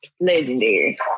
legendary